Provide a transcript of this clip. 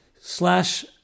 slash